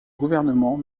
gouvernement